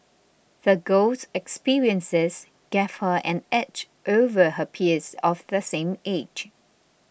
the girl's experiences gave her an edge over her peers of the same age